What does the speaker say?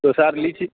तो सर लीची